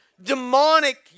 demonic